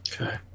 Okay